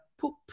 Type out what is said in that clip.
poop